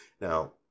Now